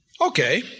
Okay